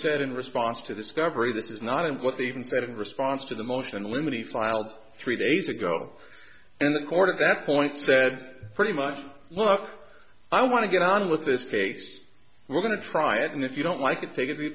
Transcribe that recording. said in response to this coverage this is not and what they even said in response to the motion in limine filed three days ago and the court at that point said pretty much look i want to get on with this case we're going to try it and if you don't like it